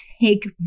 take